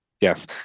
Yes